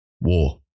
war